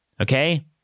Okay